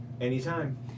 Anytime